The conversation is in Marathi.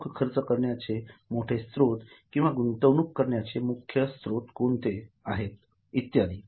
रोख खर्च करण्याचे मोठे स्रोत किंवा गुंतवणूक करण्याचे मुख्य स्त्रोत कोणते आहेत इत्यादी